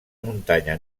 muntanya